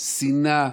שנאה,